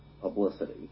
publicity